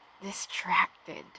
distracted